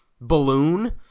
balloon